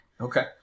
Okay